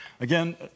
Again